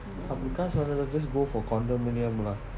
அப்படித்தான்:appathithaan just go for condominium